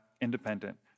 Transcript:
Independent